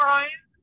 Ryan